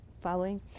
Following